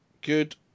good